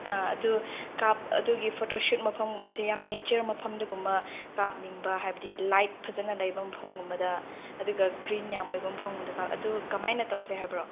ꯑꯗꯨ ꯑꯗꯨꯒꯤ ꯐꯣꯇꯣꯁꯨꯠ ꯃꯐꯝꯒꯨꯝꯕꯁꯦ ꯌꯥꯝ ꯅꯦꯆꯔ ꯃꯐꯝꯗꯒꯨꯝꯕ ꯀꯥꯞꯅꯤꯡꯕ ꯍꯥꯏꯕꯗꯤ ꯂꯥꯏꯠ ꯐꯖꯅ ꯂꯩꯕ ꯃꯐꯝꯒꯨꯝꯕꯗ ꯑꯗꯨꯒ ꯒ꯭ꯔꯤꯟ ꯌꯥꯝ ꯑꯣꯏꯕ ꯃꯐꯝꯒꯨꯝꯕꯗ ꯀꯥꯞ ꯑꯗꯨ ꯀꯃꯥꯏꯅ ꯇꯧꯁꯦ ꯍꯥꯏꯕ꯭ꯔꯣ